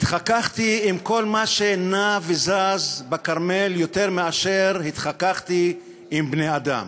התחככתי עם כל מה שנע וזז בכרמל יותר מאשר התחככתי עם בני-אדם.